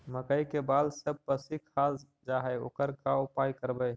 मकइ के बाल सब पशी खा जा है ओकर का उपाय करबै?